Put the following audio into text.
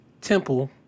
Temple